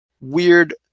weird